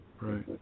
Right